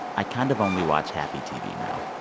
i kind of only watch happy tv now.